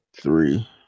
three